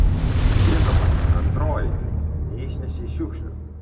žinoma antroji neišnešei šiukšlių